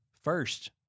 first